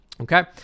Okay